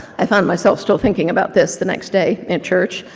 i found myself still thinking about this the next day, in church,